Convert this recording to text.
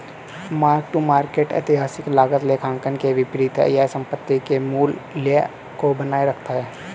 mark to market ऐतिहासिक लागत लेखांकन के विपरीत है यह संपत्ति के मूल्य को बनाए रखता है